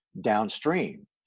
downstream